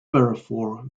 therefore